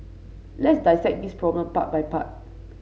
let's dissect this problem part by part